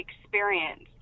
experience